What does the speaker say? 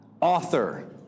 author